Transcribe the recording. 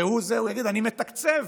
הוא יגיד: אני מתקצב,